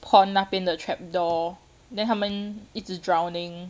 pond 那边的 trap door then 他们一直 drowning